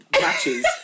matches